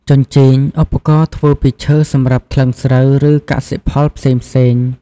ជញ្ជីង ឧបករណ៍ធ្វើពីឈើសម្រាប់ថ្លឹងស្រូវ ឬកសិផលផ្សេងៗ។